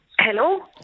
Hello